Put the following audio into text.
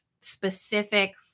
specific